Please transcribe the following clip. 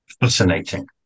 Fascinating